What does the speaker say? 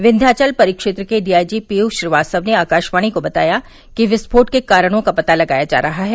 विन्यांवल परिक्षेत्र के डीआईजी पीयूष श्रीवास्तव ने आकाशवाणी को बताया कि विस्फोट के कारणों का पता लगाया जा रहा है